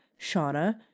Shauna